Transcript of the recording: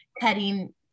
cutting